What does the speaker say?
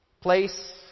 place